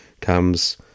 comes